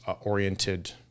oriented